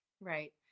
Right